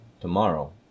tomorrow